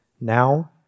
now